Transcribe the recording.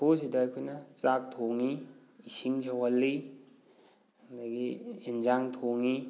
ꯆꯐꯨꯁꯤꯗ ꯑꯩꯈꯣꯏꯅ ꯆꯥꯛ ꯊꯣꯡꯉꯤ ꯏꯁꯤꯡ ꯁꯧꯍꯜꯂꯤ ꯑꯗꯒꯤ ꯏꯟꯖꯥꯡ ꯊꯣꯡꯉꯤ